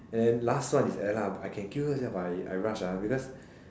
and then last one is Ella but I can kill her sia but I I rush because